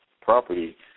property